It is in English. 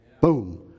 Boom